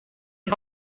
die